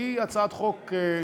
כי זו הצעת חוק קטנה,